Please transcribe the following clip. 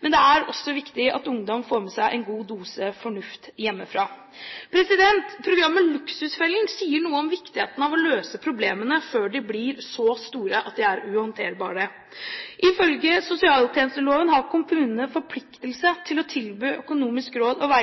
men det er også viktig at ungdom får med seg en god dose fornuft hjemmefra. Programmet Luksusfellen sier noe om viktigheten av å løse problemene før de blir så store at de er uhåndterbare. Ifølge sosialtjenesteloven har kommunene forpliktelse til å tilby økonomiske råd og